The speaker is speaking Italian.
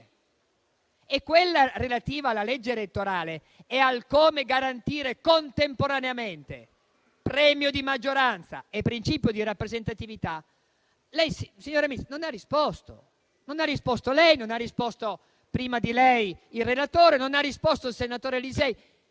Quella relativa alla legge elettorale e al come garantire contemporaneamente premio di maggioranza e principio di rappresentatività, lei, signora Ministra, non ha risposto. Non ha risposto lei, non ha risposto prima di lei il relatore, non ha risposto il senatore Lisei,